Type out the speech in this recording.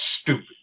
stupid